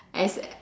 as